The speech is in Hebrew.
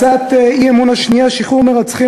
הצעת האי-אמון השנייה: שחרור מרצחים